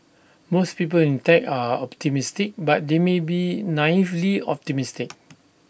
most people in tech are optimistic but they may be naively optimistic